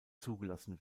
zugelassen